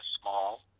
small